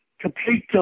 complete